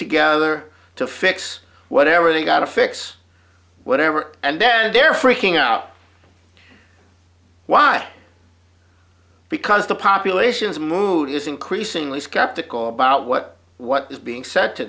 together to fix whatever they got to fix whatever and then they're freaking out why because the population's mood is increasingly skeptical about what what is being said to